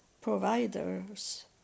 providers